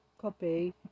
copy